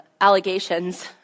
allegations